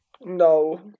No